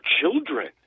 children